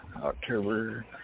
October